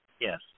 Yes